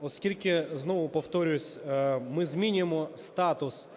Оскільки, знову повторюся, ми змінюємо статус